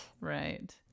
Right